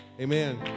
Amen